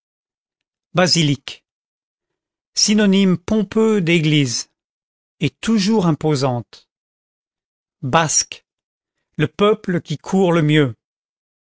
basilique synonyme pompeux d'église est toujours imposante basques le peuple qui court le mieux